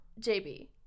JB